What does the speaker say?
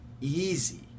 easy